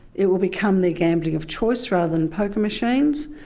it will become their gambling of choice rather than poker machines,